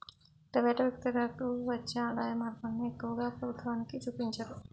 private వ్యక్తులకు వచ్చే ఆదాయం మార్గాలను ఎక్కువగా ప్రభుత్వానికి చూపించరు